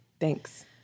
Thanks